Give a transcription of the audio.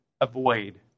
avoid